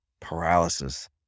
paralysis